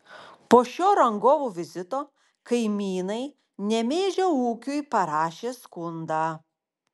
po šio rangovų vizito kaimynai nemėžio ūkiui parašė skundą